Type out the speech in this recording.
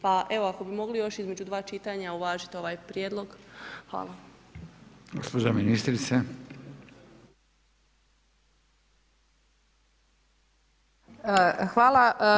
Pa evo ako bi mogli još između dva čitanja uvažiti ovaj prijedlog, hvala.